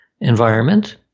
environment